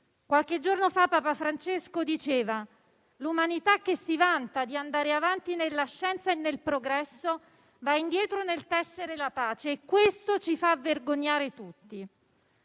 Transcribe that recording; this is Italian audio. Qualche giorno fa Papa Francesco ha detto che l'umanità, che si vanta di andare avanti nella scienza e nel progresso, va indietro nel tessere la pace. E questo ci fa vergognare tutti.